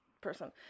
person